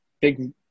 big